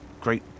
great